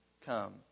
come